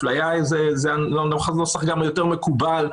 זה גם הנוסח היותר מקובל,